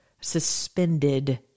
suspended